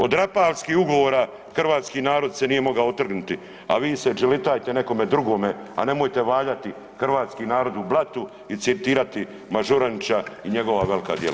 Od Rapalskih ugovora hrvatski narod se nije mogao otrgnuti a vi se đelitajte nekome druge a nemojte valjati hrvatski narod u blatu i citirati Mažuranića i njegova velika djela.